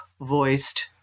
voiced